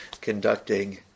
conducting